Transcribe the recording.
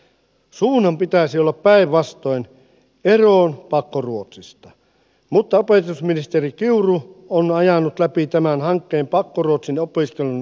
suunnan pitäisi olla päinvastainen eroon pakkoruotsista mutta opetusministeri kiuru on ajanut läpi tämän hankkeen pakkoruotsin opiskelun aikaistamisesta